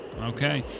Okay